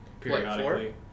periodically